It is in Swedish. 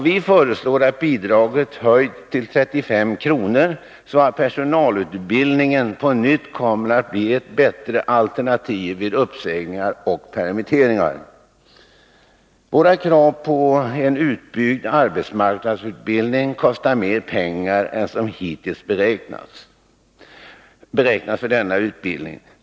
Vi föreslår att bidraget höjs till 35 kr., så att personalutbildningen på nytt kommer att bli ett bättre alternativ vid uppsägningar och permitteringar. Våra krav på en utbyggd arbetsmarknadsutbildning kostar mer pengar än som hittills beräknats för denna utbildning.